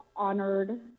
honored